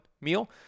meal